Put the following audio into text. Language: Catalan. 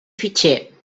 fitxer